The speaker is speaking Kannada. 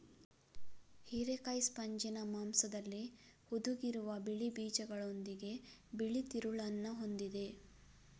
ಹಿರೇಕಾಯಿ ಸ್ಪಂಜಿನ ಮಾಂಸದಲ್ಲಿ ಹುದುಗಿರುವ ಬಿಳಿ ಬೀಜಗಳೊಂದಿಗೆ ಬಿಳಿ ತಿರುಳನ್ನ ಹೊಂದಿದೆ